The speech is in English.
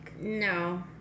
No